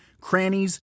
crannies